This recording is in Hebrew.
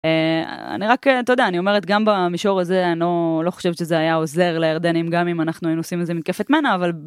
אני רק, אתה יודע, אני אומרת, גם במישור הזה, אני לא חושבת שזה היה עוזר לירדנים, גם אם אנחנו היינו עושים את זה מתקפת מנע, אבל...